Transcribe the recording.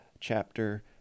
chapter